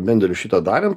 benderiu šitą darėm